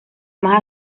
más